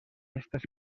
estas